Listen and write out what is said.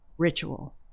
ritual